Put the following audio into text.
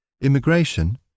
Immigration